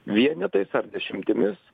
vienetais ar dešimtimis